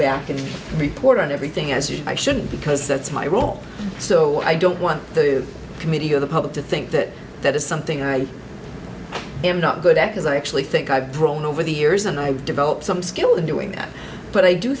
back and report on everything as if i shouldn't because that's my role so i don't want the committee of the public to think that that is something i am not good at because i actually think i've broken over the years and i've developed some skill in doing that but i do